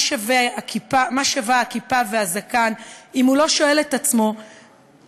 מה שווים הכיפה והזקן אם הוא לא שואל את עצמו מה